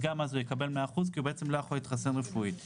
גם אז הוא יקבל 100% כי הוא לא יכול להתחסן רפואית.